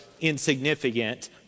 insignificant